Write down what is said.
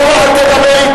אז פה אל תדבר.